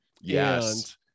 yes